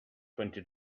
twenty